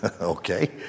Okay